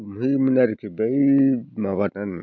गुमहैयोमोन आरोखि बै माबानानै